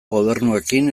gobernuekin